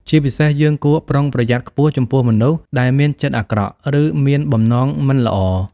ជាពិសេសយើងគួរប្រុងប្រយ័ត្នខ្ពស់ចំពោះមនុស្សដែលមានចិត្តអាក្រក់ ឬមានបំណងមិនល្អ។